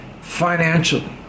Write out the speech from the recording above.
financially